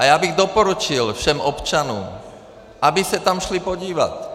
A já bych doporučil všem občanům, aby se tam šli podívat.